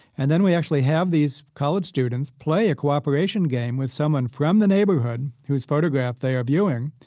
and then we actually have these college students play a cooperation game with someone from the neighborhood whose photograph they are viewing.